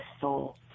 soul